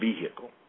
vehicle